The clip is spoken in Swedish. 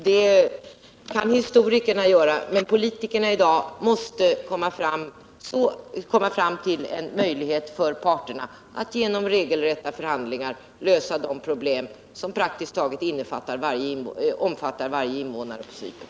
Det kan historikerna göra, men politikerna måste komma fram till en möjlighet för parterna att genom regelrätta förhandlingar lösa de problem som berör praktiskt taget varje invånare på Cypern.